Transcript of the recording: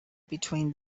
between